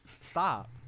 Stop